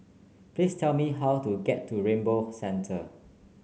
please tell me how to get to Rainbow Centre